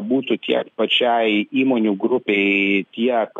būtų tiek pačiai įmonių grupei tiek